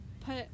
put